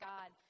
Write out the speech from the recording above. God